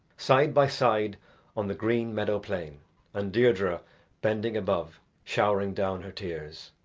side by side on the green meadow plain and deirdre bending above showering down her tears.